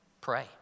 Pray